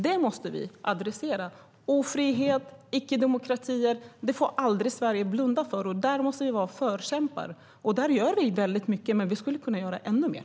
Detta måste vi adressera: ofrihet och icke-demokratier. Det får Sverige aldrig blunda för. Där måste vi vara förkämpar. Där gör vi också väldigt mycket, men vi skulle kunna göra ännu mer.